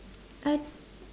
I